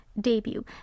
debut